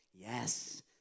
Yes